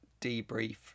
debrief